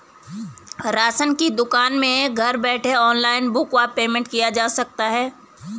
Ration की दुकान में घर बैठे ऑनलाइन बुक व पेमेंट किया जा सकता है?